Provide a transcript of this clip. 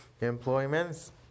employments